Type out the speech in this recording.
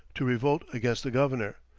to revolt against the governor,